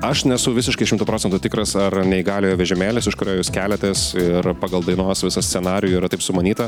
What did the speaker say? aš nesu visiškai šimtu procentų tikras ar neįgaliojo vežimėlis iš kurio jūs keliatės ir pagal dainos visą scenarijų yra taip sumanyta